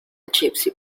gypsy